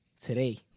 today